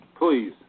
please